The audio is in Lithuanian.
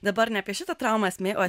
dabar ne apie šitą traumą esmė o